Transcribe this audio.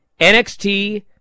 NXT